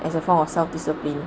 as a form of self discipline